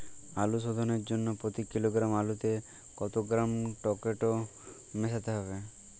আলু শোধনের জন্য প্রতি কিলোগ্রাম আলুতে কত গ্রাম টেকটো মেশাতে হবে?